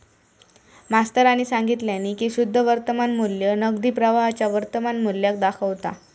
मास्तरानी सांगितल्यानी की शुद्ध वर्तमान मू्ल्य नगदी प्रवाहाच्या वर्तमान मुल्याक दाखवता